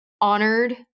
honored